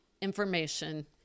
information